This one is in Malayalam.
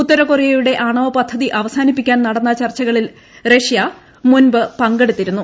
ഉത്തര കൊറിയയുടെ ആണവ പദ്ധതി അവസാനിപ്പിക്കാൻ നടന്ന ചർച്ചകളിൽ റഷ്യ മുമ്പ് പങ്കെടുത്തിരുന്നു